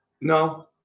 No